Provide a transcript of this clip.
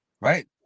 Right